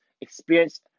experienced